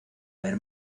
ver